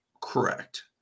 Correct